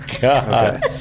God